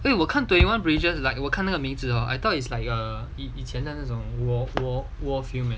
eh 我看 twenty one bridges like 我看那个名字 hor I thought it's like a 以前的那种 war field